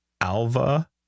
Alva